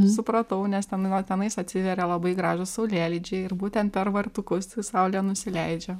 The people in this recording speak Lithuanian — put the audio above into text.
supratau nes ten nuo tenais atsiveria labai gražūs saulėlydžiai ir būtent per vartukus saulė nusileidžia